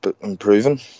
improving